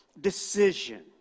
decision